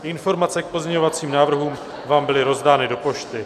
Informace k pozměňovacím návrhům vám byly rozdány do pošty.